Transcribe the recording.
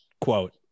quote